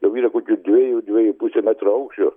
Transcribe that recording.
jau yra kokių dviejų dviejų pusę metro aukščio